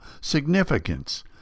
significance